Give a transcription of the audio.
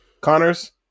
Connors